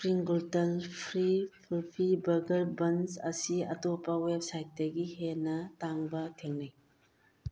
spring gluten free ꯔꯨꯄꯤ burger bun ꯑꯁꯤ ꯑꯇꯣꯞꯄ ꯋꯦꯕꯁꯥꯏꯠꯇꯒꯤ ꯍꯦꯟꯅ ꯇꯥꯡꯕ ꯊꯦꯡꯅꯩ